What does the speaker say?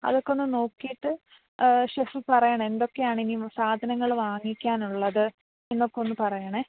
അതൊക്കെ ഒന്ന് നോക്കിയിട്ട് ഷെഫ് പറയണം എന്തൊക്കെയാണ് ഇനി സാധനങ്ങള് വാങ്ങിക്കാനുള്ളത് എന്നൊക്കെ ഒന്ന് പറയണേ